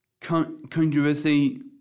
controversy